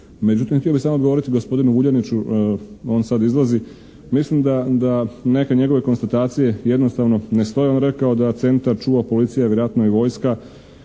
Međutim, htio bi samo odgovoriti gospodinu Vuljaniću, on sad izlazi, mislim da neke njegove konstatacije jednostavno ne stoje. On je rekao da centar čuva policija, vjerojatno vojska.